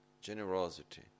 generosity